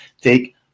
take